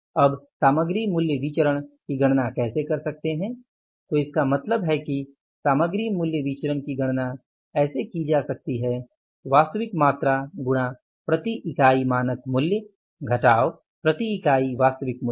अब सामग्री मूल्य विचरण की गणना कैसे कर सकते हैं तो इसका मतलब है कि सामग्री मूल्य विचरण की गणना ऐसे की जा सकती है वास्तविक मात्रा गुणा प्रति इकाई मानक मूल्य घटाव प्रति इकाई वास्तविक मूल्य